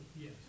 Yes